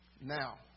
now